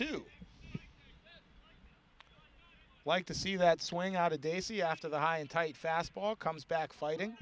to like to see that swing out of daisy after the high and tight fastball comes back fighting